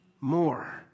more